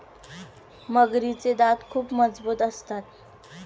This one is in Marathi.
मगरीचे दात खूप मजबूत असतात